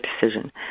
decision